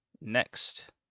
next